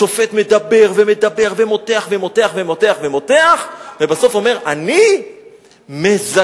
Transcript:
השופט מדבר ומדבר ומותח ומותח ומותח ובסוף אומר: אני מזכה.